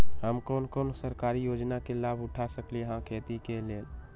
हम कोन कोन सरकारी योजना के लाभ उठा सकली ह खेती के लेल?